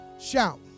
Shout